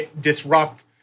disrupt